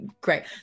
great